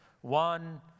one